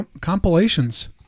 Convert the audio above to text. compilations